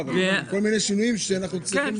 יש כל מיני שינויים שאנחנו צריכים לעשות.